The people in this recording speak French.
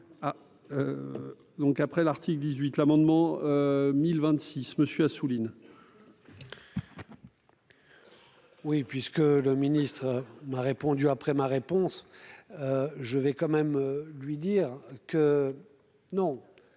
Donc, après l'article dix-huit l'amendement 1000 vingt-six monsieur Assouline. Oui, puisque le ministre m'a répondu : après ma réponse, je vais quand même lui dire que non,